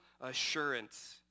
assurance